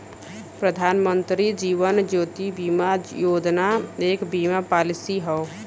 प्रधानमंत्री जीवन ज्योति बीमा योजना एक बीमा पॉलिसी हौ